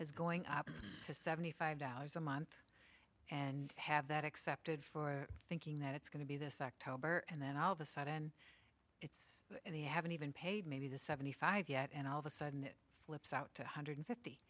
is going up to seventy five dollars a month and have that accepted for thinking that it's going to be this october and then all of a sudden they haven't even paid maybe the seventy five yet and all of a sudden it flips out to one hundred fifty